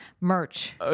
merch